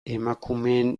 emakumeen